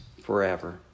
forever